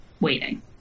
waiting